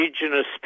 indigenous